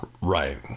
Right